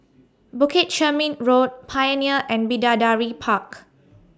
Bukit Chermin Road Pioneer and Bidadari Park